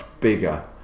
bigger